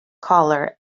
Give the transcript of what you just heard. collar